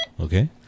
okay